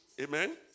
Amen